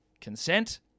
consent